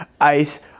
Ice